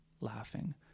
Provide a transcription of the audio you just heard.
laughing